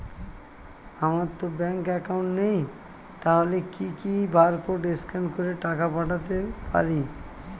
আমারতো bank account নেই তাহলে কি কি বারকোড স্ক্যান করে টাকা পাঠাতে পারি?